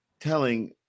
telling